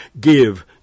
give